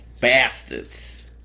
bastards